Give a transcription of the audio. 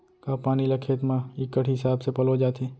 का पानी ला खेत म इक्कड़ हिसाब से पलोय जाथे?